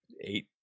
eight